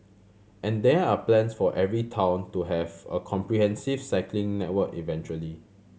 and there are plans for every town to have a comprehensive cycling network eventually